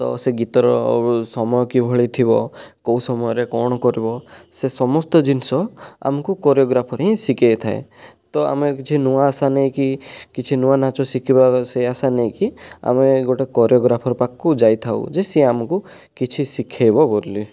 ତ ସେ ଗୀତର ସମୟ କିଭଳି ଥିବ କେଉଁ ସମୟରେ କ'ଣ କରିବ ସେ ସମସ୍ତ ଜିନିଷ ଆମକୁ କୋରିଓଗ୍ରାଫର ହିଁ ଶିଖେଇଥାଏ ତ ଆମେ କିଛି ନୂଆ ଆଶା ନେଇକି କିଛି ନୂଆ ନାଚ ଶିଖିବାର ସେ ଆଶା ନେଇକି ଆମେ ଗୋଟିଏ କୋରିଓଗ୍ରାଫର ପାଖକୁ ଯାଇଥାଉ ଯେ ସେ ଆମକୁ କିଛି ଶିଖେଇବ ବୋଲି